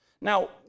Now